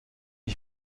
ich